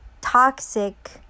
toxic